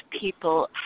people